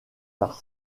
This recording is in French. par